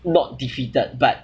not defeated but